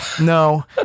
No